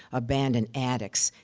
abandoned attics,